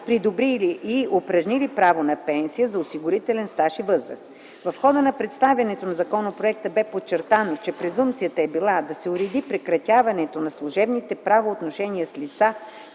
придобили и упражнили право на пенсия за осигурителен стаж и възраст. В хода на представянето на законопроекта бе подчертано, че презумпцията е била да се уреди прекратяването на служебните правоотношения с лица,